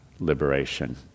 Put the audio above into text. Liberation